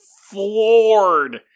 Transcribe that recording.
floored